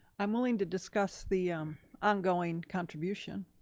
i'm willing to discuss the ongoing contribution.